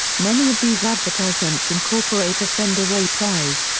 many of these advertisements incorporate a send-away prize,